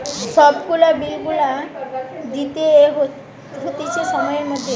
সব গুলা বিল গুলা দিতে হতিছে সময়ের মধ্যে